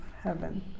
heaven